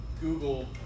Google